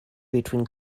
between